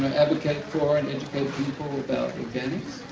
ah advocate for and educate people. about organics.